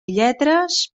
lletres